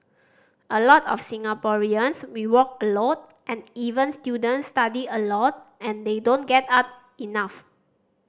a lot of Singaporeans we work a lot and even students study a lot and they don't get up enough